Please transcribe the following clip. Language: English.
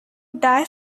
die